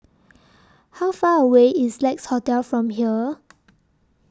How Far away IS Lex Hotel from here